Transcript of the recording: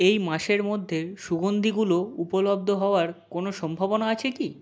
এই মাসের মধ্যে সুগন্ধীগুলো উপলব্ধ হওয়ার কোনো সম্ভাবনা আছে কি